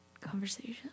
conversation